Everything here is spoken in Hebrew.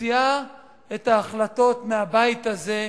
מוציאה את ההחלטות מהבית הזה,